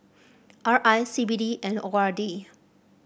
R I C B D and O R D